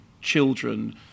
children